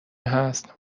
هست